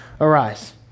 arise